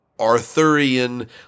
Arthurian